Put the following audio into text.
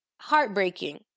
Heartbreaking